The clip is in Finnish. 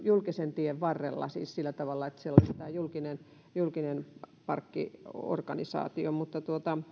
julkisen tien varrella siis sillä tavalla että siellä olisi julkinen julkinen parkkiorganisaatio mutta